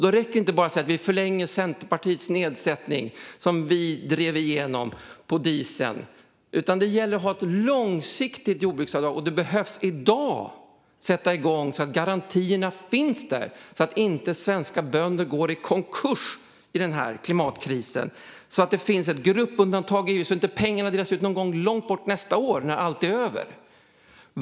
Det räcker inte att bara säga att man förlänger den nedsättning för dieseln som vi i Centerpartiet drev igenom. Det gäller att ha ett långsiktigt jordbruksavdrag. Man behöver sätta igång i dag, så att garantierna finns där, så att svenska bönder inte går i konkurs i den här klimatkrisen, så att det finns ett gruppundantag och så att pengarna inte delas ut någon gång nästa år när allt är över.